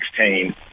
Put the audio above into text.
2016